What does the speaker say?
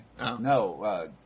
No